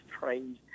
strange